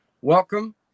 welcome